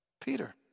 Peter